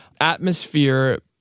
atmosphere